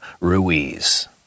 Ruiz